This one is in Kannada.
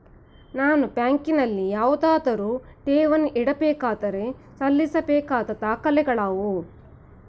ನಾನು ಬ್ಯಾಂಕಿನಲ್ಲಿ ಯಾವುದಾದರು ಠೇವಣಿ ಇಡಬೇಕಾದರೆ ಸಲ್ಲಿಸಬೇಕಾದ ದಾಖಲೆಗಳಾವವು?